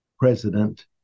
president